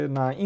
na